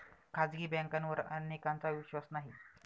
खाजगी बँकांवर अनेकांचा विश्वास नाही